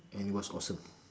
and it was awesome